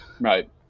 Right